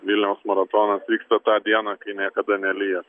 vilniaus maratonas vyksta tą dieną kai niekada nelyja